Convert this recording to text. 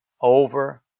over